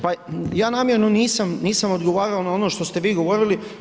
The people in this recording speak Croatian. Pa ja namjerno nisam odgovarao na ono što ste vi govorili.